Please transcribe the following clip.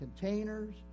containers